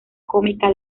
cómica